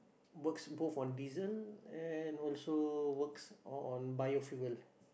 works both on diesel and also works on biofuel